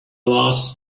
last